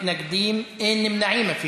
בעד, 17, אין מתנגדים, אין נמנעים אפילו.